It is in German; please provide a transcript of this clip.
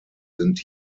sind